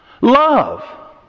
love